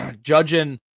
judging